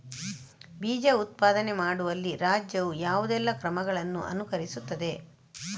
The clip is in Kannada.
ಬೀಜ ಉತ್ಪಾದನೆ ಮಾಡುವಲ್ಲಿ ರಾಜ್ಯವು ಯಾವುದೆಲ್ಲ ಕ್ರಮಗಳನ್ನು ಅನುಕರಿಸುತ್ತದೆ?